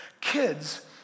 Kids